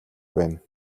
байна